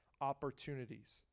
opportunities